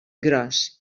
gros